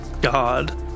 God